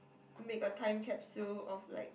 make a time capsule of like